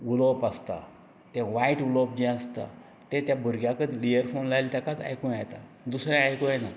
उलोवप आसता तें वायट उलोवप जें आसता तें त्या भुरग्यांकच इयरफोन लायला ताकाच आयकूंक येता दुसऱ्यांक आयकूंक येना